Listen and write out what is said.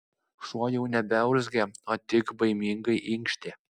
šuo jau nebeurzgė o tik baimingai inkštė